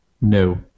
no